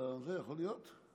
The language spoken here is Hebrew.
יכול להיות?